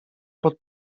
pod